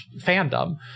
fandom